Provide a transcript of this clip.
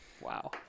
Wow